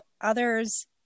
others